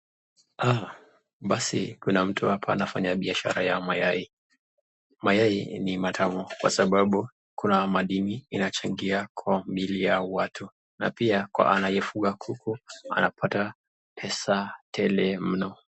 Basi Kuna mtu hapa anafanya biashara ya mayai, mayai ni matamu kwa sababu Kuna madini kwa sababu madini kunachangia kwa mwili wa binadamu na pia kwa anayevuka kuku anapata pesa tele mno.